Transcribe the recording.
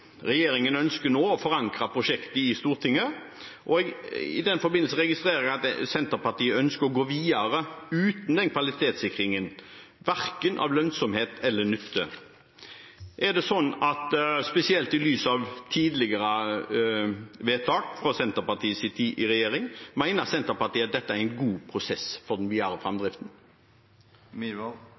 ønsker nå å forankre prosjektet i Stortinget. I den forbindelse registrerer jeg at Senterpartiet ønsker å gå videre uten den kvalitetssikringen – verken av lønnsomhet eller nytte. Er det sånn, spesielt i lys av tidligere vedtak fra Senterpartiets tid i regjeringen, at Senterpartiet mener at dette er en god prosess for den videre